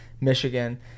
Michigan